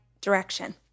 direction